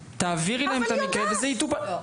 תעבירי להם את המקרה וזה יטופל.